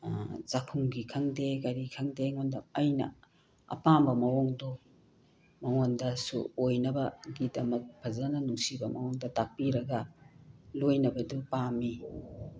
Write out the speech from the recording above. ꯆꯥꯛꯈꯨꯝꯒꯤ ꯈꯪꯗꯦ ꯀꯔꯤ ꯈꯪꯗꯦ ꯑꯩꯉꯣꯟꯗ ꯑꯩꯅ ꯑꯄꯥꯝꯕ ꯃꯑꯣꯡꯗꯣ ꯃꯉꯣꯟꯗꯁꯨ ꯑꯣꯏꯅꯕꯒꯤꯗꯃꯛ ꯐꯖꯅ ꯅꯨꯡꯁꯤꯕ ꯃꯑꯣꯡꯗ ꯇꯥꯛꯄꯤꯔꯒ ꯂꯣꯏꯅꯕꯗꯨ ꯄꯥꯝꯃꯤ